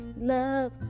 love